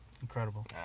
incredible